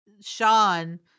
Sean